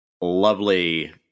Lovely